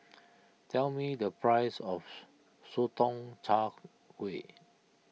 tell me the price of Sotong Char Kway